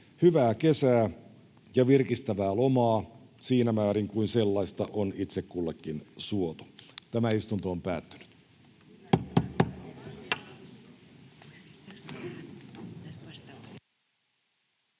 hyvää kesää ja virkistävää lomaa siinä määrin kuin sellaista on itse kullekin suotu.